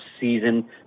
season